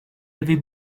avait